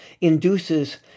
induces